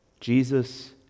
jesus